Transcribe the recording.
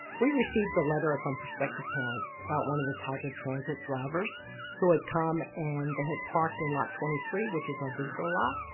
we received a letter ah from prospective parents about one of the tiger transit drivers who had come and they had parked in lot twenty three which is our visitor lot.